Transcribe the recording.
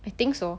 I think so